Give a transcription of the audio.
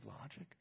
logic